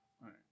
right